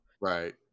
right